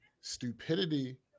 Stupidity